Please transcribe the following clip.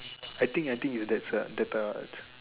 I think I think is that type of